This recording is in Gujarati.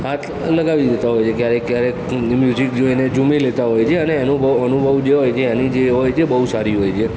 હાથ લગાવી દેતા હોય છે ક્યારેક ક્યારેક મ્યુઝિક જોઈને જૂમી લેતા હોય છે અને એનું બહુ અનુભવ જે હોય તે એની જે હોય છે બહુ સારી હોય છે